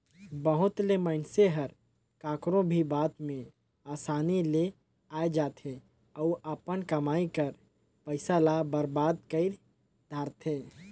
बहुत ले मइनसे हर काकरो भी बात में असानी ले आए जाथे अउ अपन कमई कर पइसा ल बरबाद कइर धारथे